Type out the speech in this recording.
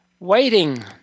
waiting